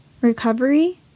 recovery